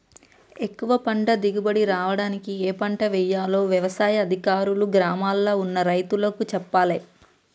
ఎక్కువ పంట దిగుబడి రావడానికి ఏ పంట వేయాలో వ్యవసాయ అధికారులు గ్రామాల్ల ఉన్న రైతులకు చెప్పాలే